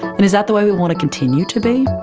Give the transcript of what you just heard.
and is that the way we want to continue to be?